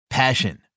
Passion